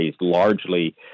largely